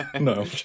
No